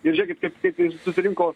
ir žėkit kaip kaip ir susirinko